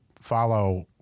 follow